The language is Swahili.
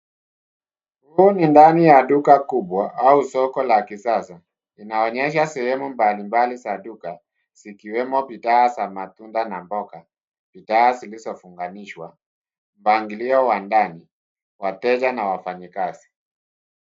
Huu ni ndani ya Duka kubwa au soko la kisasa. Inaonyesha sehemu mbali mbali za duka zikiwemo bidhaa za matunda na mboga bidhaa zilizo funganishwa. Mpangilio wa ndani wateja na wafanyakazi.